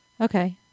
Okay